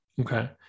Okay